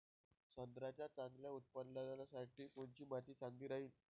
संत्र्याच्या चांगल्या उत्पन्नासाठी कोनची माती चांगली राहिनं?